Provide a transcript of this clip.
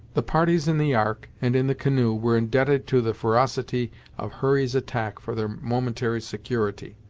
the parties in the ark, and in the canoe, were indebted to the ferocity of hurry's attack for their momentary security.